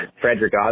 Frederick